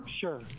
sure